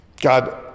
God